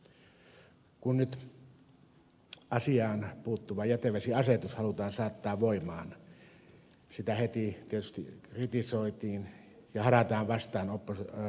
kun nyt asiaan puuttuva jätevesiasetus halutaan saattaa voimaan sitä heti tietysti kritisoitiin ja sitä vastaan harataan monien taholta